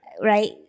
Right